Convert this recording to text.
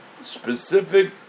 specific